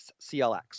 CLX